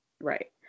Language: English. Right